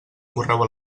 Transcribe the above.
correu